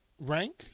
rank